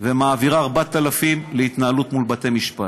ומעבירה 4,000 להתנהלות בבתי משפט.